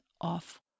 off